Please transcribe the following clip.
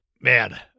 Man